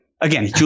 again